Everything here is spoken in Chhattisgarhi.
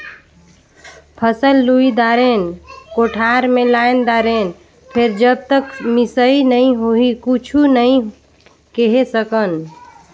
फसल लुई दारेन, कोठार मे लायन दारेन फेर जब तक मिसई नइ होही कुछु नइ केहे सकन